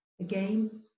Again